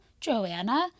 Joanna